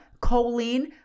choline